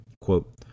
Quote